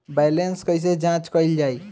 Balance कइसे जांच कइल जाइ?